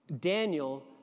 Daniel